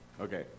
okay